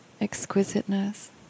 exquisiteness